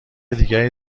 دیگری